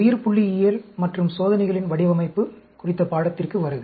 உயிர்புள்ளியியல் மற்றும் சோதனைகளின் வடிவமைப்பு குறித்த பாடத்திற்கு வருக